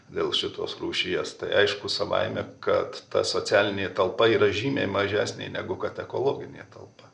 dėl šitos rūšies tai aišku savaime kad ta socialinė talpa yra žymiai mažesnė negu kad ekologinė talpa